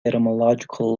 etymological